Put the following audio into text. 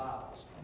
Bibles